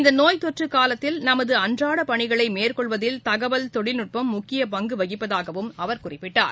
இந்தநோய்த்தொற்றுகாலத்தில் நமதுஅன்றாடபணிகளைமேற்கொள்வதில் தகவல் தொழில்நட்பம் முக்கியபங்குவகிப்பதாகவும் அவர் குறிப்பிட்டார்